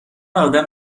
آدم